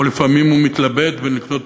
או שלפעמים הוא מתלבט בין לקנות